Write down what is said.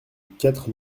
quatre